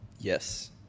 Yes